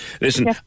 Listen